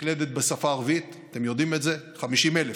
מקלדת בשפה הערבית, אתם יודעים את זה, 50,000,